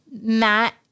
Matt